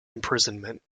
imprisonment